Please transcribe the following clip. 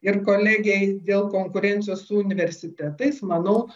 ir kolegei dėl konkurencijos su universitetais manau